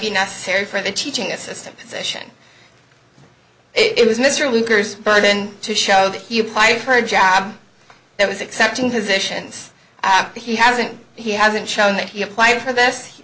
be necessary for the teaching assistant position it was mr lugar's burden to show that he applied her job that was accepting positions but he hasn't he hasn't shown that he applied for